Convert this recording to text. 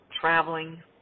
traveling